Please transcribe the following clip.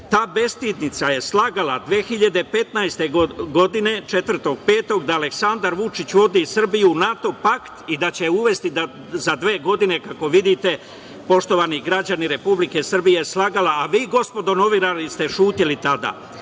Ta bestidnica je slagala 2015. godine, 4. maja, da Aleksandar Vučić, vodi Srbiju u NATO pakt i da će je uvesti za dve godine. Kako vidite, poštovani građani Republike Srbije slagala je, a vi gospodo novinari ste ćutali